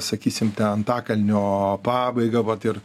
sakysim antakalnio pabaigą vat ir